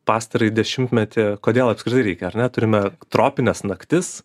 pastarąjį dešimtmetį kodėl apskritai reikia ar ne turime tropines naktis